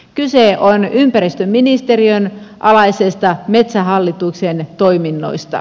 kyse on ympäristöministeriön alaisista metsähallituksen toiminnoista